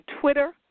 Twitter